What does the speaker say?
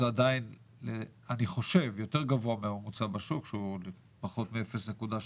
אני חושב שעדיין זה יותר גבוה מממוצע בשוק שהוא פחות מ-0.2,